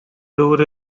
door